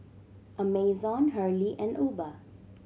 Amazon Hurley and Uber